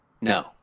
No